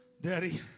Daddy